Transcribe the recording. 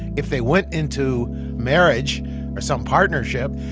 if they went into marriage or some partnership,